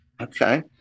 okay